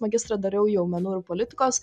magistrą dariau jau menų ir politikos